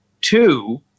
two